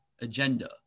agenda